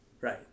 Right